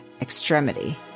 extremity